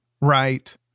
Right